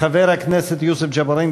חבר הכנסת יוסף ג'בארין,